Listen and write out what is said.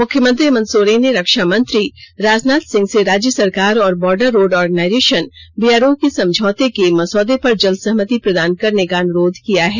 मुख्यमंत्री हेमंत सोरेन ने रक्षा मंत्री राजनाथ सिंह से राज्य सरकार और बॉर्डर रोड ऑगनाइर्जेषन बीआरओ के समझौते के मसौदे पर जल्द सहमति प्रदान करने का अनुरोध किया है